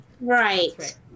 Right